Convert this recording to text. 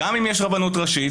וגם אם יש רבנות ראשית,